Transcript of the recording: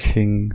King